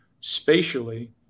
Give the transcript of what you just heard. spatially